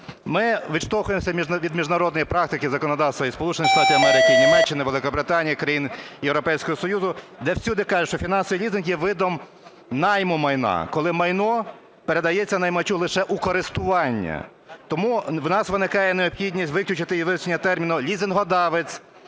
Ми відштовхуємося від міжнародної практики законодавства і Сполучених Штатів Америки, і Німеччини, Великобританії, країн Європейського Союзу, де всюди кажуть, що фінансовий лізинг є видом найму майна, коли майно передається наймачу лише у користування. Тому в нас виникає необхідність виключити і висунення терміну "лізингодавець",